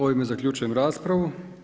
Ovime zaključujem raspravu.